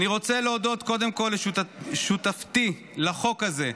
אני רוצה להודות קודם כול לשותפתי לחוק הזה,